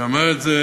אמר את זה